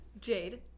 Jade